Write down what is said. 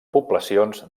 poblacions